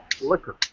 Liquor